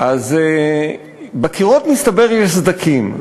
אבל צריך לברך את אורלי על ההישג והמלחמה